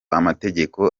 amategeko